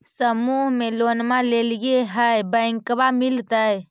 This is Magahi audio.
समुह मे लोनवा लेलिऐ है बैंकवा मिलतै?